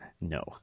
No